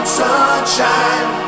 sunshine